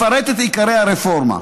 אפרט את עיקרי הרפורמה.